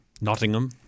Nottingham